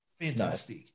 fantastic